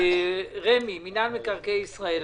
רשות מקרקעי ישראל,